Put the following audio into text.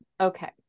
Okay